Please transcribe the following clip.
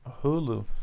hulu